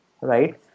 right